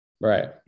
Right